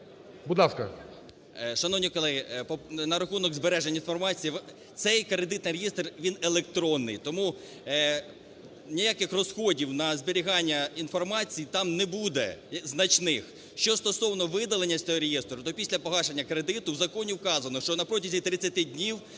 Шановні колеги, на рахунок збереження інформації. Цей Кредитний реєстр, він електронний, тому ніяких розходів на зберігання інформації там не буде значних. Що стосовно видалення з цього реєстру, то після погашення кредиту в законі вказано, що на протязі 30 днів